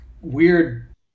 weird